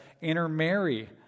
intermarry